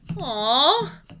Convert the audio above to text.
Aw